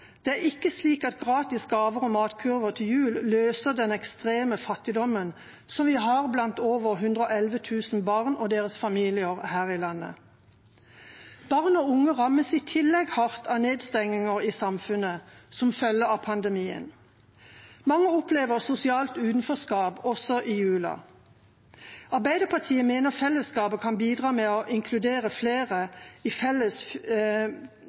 Det er ikke slik at gratis gaver og matkurver til jul løser den ekstreme fattigdommen som vi har blant over 111 000 barn og deres familier her i landet. Barn og unge rammes i tillegg hardt av nedstenginger i samfunnet som følge av pandemien. Mange opplever sosialt utenforskap også i jula. Arbeiderpartiet mener fellesskapet kan bidra med å inkludere flere